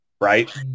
right